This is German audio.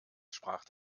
sprach